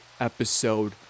Episode